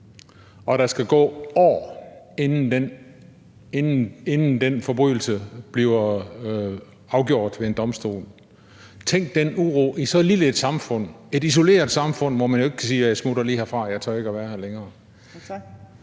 og der skal gå år, inden sagen om den forbrydelse bliver afgjort ved en domstol. Tænk på den uro i så lille et samfund, et isoleret samfund, hvor man jo ikke kan sige: Jeg smutter lige herfra, jeg tør ikke være her længere.